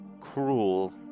cruel